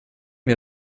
wir